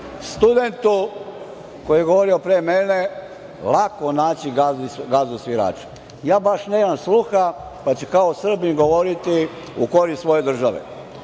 studentu koji je govorio pre mene lako naći gazdu svirača. Ja baš nemam sluha, pa ću kao Srbin govoriti u korist svoje dražve. Dame